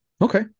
Okay